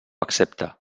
accepta